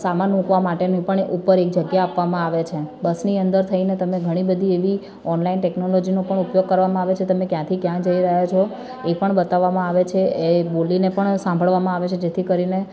સામાન મુકવા માટેનું પણ ઉપર એક જગ્યા આપવામાં આવે છે બસની અંદર થઈને તમે ઘણી બધી એવી ઑનલાઈન ટૅક્નોલોજીનો પણ ઉપયોગ કરવામાં આવે છે તમે ક્યાંથી ક્યાં જઈ રહ્યા છો એ પણ બતાવવામાં આવે છે એ બોલીને પણ સાંભળવામાં આવે છે જેથી કરીને